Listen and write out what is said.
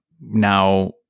now